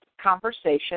conversation